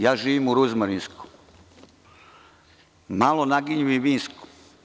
Ja živim u ruzmarinskom, malo naginjem i vinskom.